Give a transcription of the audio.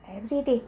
and everyday